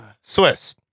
Swiss